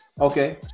Okay